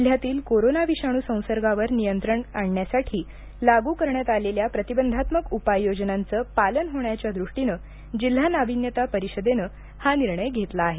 जिल्ह्यातील कोरोना विषाणू संसार्गावर नियंत्रण आणण्यासाठी लागू करण्यात आलेल्या प्रतिबंधात्मक उपाययोजनांचे पालन होण्याच्या दृष्टीने जिल्हा नाविन्यता परिषदेने हा निर्णय घेतला आहे